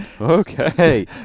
okay